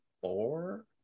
four